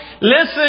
Listen